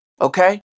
okay